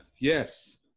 Yes